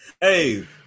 Hey